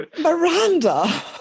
Miranda